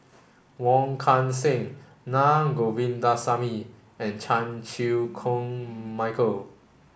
Wong Kan Seng Na Govindasamy and Chan Chew Koon Michael